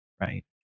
right